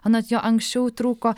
anot jo anksčiau trūko